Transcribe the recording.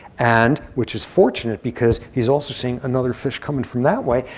and which is fortunate because he's also seeing another fish coming from that way.